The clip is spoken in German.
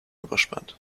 überspannt